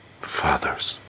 fathers